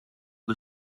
que